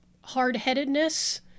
hard-headedness